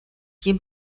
tím